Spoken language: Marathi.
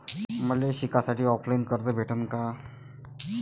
मले शिकासाठी ऑफलाईन कर्ज भेटन का?